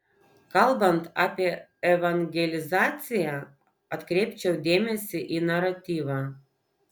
kalbant apie evangelizaciją atkreipčiau dėmesį į naratyvą